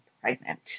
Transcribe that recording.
pregnant